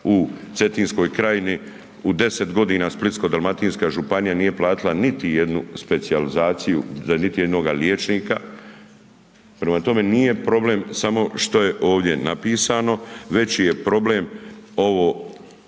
u Cetinskoj krajini u 10 godina Splitsko-dalmatinska županija nije platila niti jednu specijalizaciju za niti jednoga liječnika. Prema tome nije problem samo što je ovdje napisano veći je problem ovo